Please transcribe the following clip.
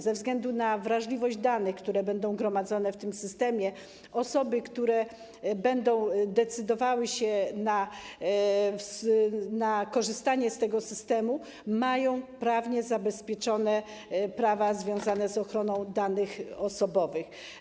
Ze względu na wrażliwość danych, które będą gromadzone w tym systemie, osoby, które będą decydowały się na korzystanie z systemu, mają prawnie zabezpieczone prawa związane z ochroną danych osobowych.